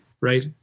right